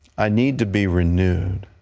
i need to be renewed.